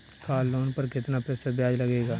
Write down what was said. Car loan पर कितना प्रतिशत ब्याज लगेगा?